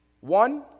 One